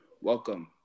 Welcome